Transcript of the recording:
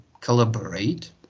collaborate